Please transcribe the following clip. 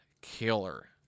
killer